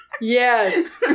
yes